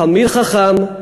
תלמיד חכם,